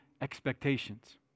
expectations